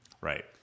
right